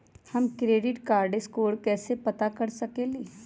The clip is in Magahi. हम अपन क्रेडिट स्कोर कैसे पता कर सकेली?